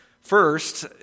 First